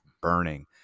burning